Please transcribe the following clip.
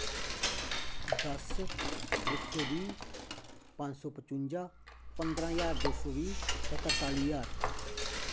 दस इक सौ बीह् पंज सौ पंचुंजा पंदरां ज्हार दौ सौ बीह् ते तरताली ज्हार